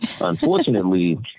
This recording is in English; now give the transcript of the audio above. Unfortunately